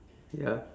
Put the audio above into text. ya